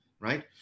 right